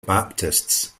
baptists